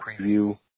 preview